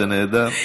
זה נהדר.